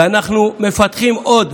אנחנו מפתחים עוד